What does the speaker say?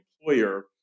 employer